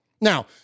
Now